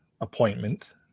appointment